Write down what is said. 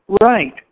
Right